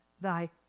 thy